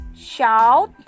shout